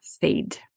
feed